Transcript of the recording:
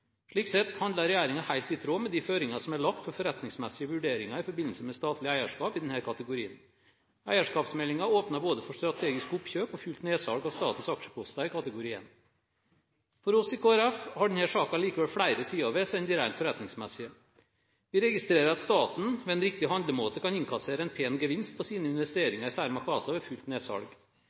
Slik sett handler regjeringen helt i tråd med de føringer som er lagt for forretningsmessige vurderinger i forbindelse med statlig eierskap i denne kategorien. Eierskapsmeldingen åpner både for strategisk oppkjøp og fullt nedsalg av statens aksjeposter i kategori 1. For oss i Kristelig Folkeparti har denne saken likevel flere sider ved seg enn de rent forretningsmessige. Vi registrerer at staten ved en riktig handlemåte kan innkassere en pen gevinst på sine investeringer i Cermaq ASA ved fullt nedsalg.